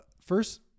first